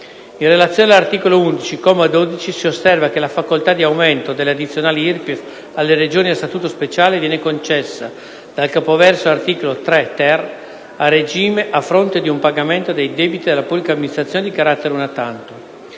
in relazione all’articolo 11, comma 12, si osserva che la facolta di aumento delle addizionali IRPEF alle Regioni a statuto speciale viene concessa, dal capoverso articolo 3-ter, a regime, a fronte di un pagamento dei debiti della pubblica amministrazione di carattere una tantum;